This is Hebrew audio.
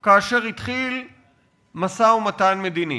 כאשר התחיל משא-ומתן מדיני.